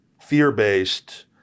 fear-based